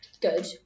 good